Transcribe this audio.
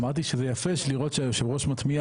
אמרתי שזה יפה לראות שהיושב ראש מטמיע